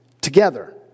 together